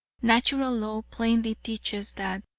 natural law plainly teaches that,